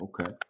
Okay